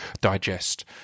digest